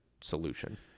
solution